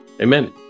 Amen